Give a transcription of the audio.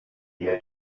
eher